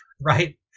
Right